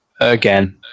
Again